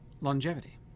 longevity